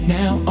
now